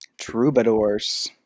Troubadours